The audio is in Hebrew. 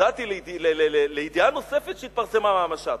כשהתוודעתי לידיעה נוספת שהתפרסמה על המשט,